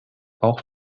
auch